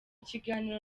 kiganiro